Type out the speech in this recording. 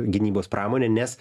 gynybos pramonę nes